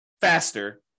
faster